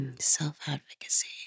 Self-advocacy